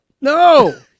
No